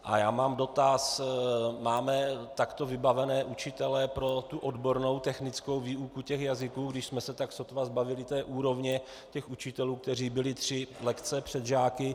A já mám dotaz: máme takto vybavené učitele pro tu odbornou technickou výuku jazyků, když jsme se sotva zbavili té úrovně učitelů, kteří byli tři lekce před žáky?